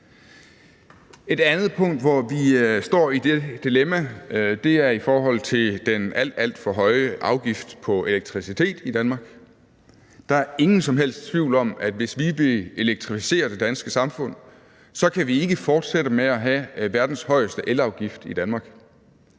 Et andet punkt, hvor vi står i det dilemma, er i forhold til den alt, alt for høje afgift på elektricitet i Danmark. Der er ingen som helst tvivl om, at hvis vi vil elektrificere det danske samfund, kan vi ikke fortsætte med at have verdens højeste elafgift i Danmark.